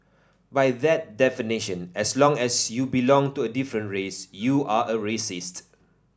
by that definition as long as you belong to a different race you are a racist